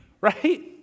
right